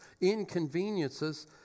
inconveniences